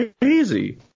crazy